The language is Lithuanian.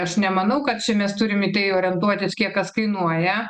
aš nemanau kad čia mes turim į tai orientuotis kiek kas kainuoja